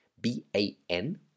b-a-n